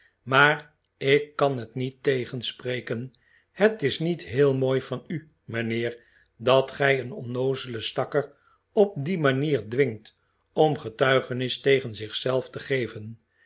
maar ik kan het niet tegenspreken het is niet heel mooi van u mijnheer dat gij een onnoozelen stakker op die manier dwingt om getuigenis tegen zich zelf te geven